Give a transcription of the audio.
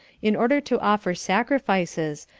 in order to offer sacrifices,